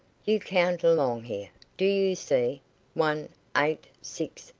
you count along here do you see one, eight, six,